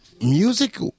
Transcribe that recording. music